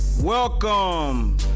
Welcome